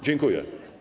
Dziękuję.